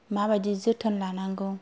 माबायदि जोथोन लानांगौ